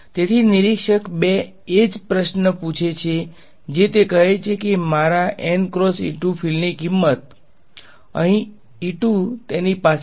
તેથી નિરીક્ષક 2 એ જ પ્રશ્ન પૂછે છે જે તે કહે છે કે મારા ફિલ્ડની કિંમત અહીં તેની પાસે છે